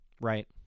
Right